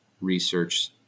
research